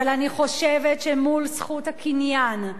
אבל אני חושבת שמול זכות הקניין,